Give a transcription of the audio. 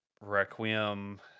Requiem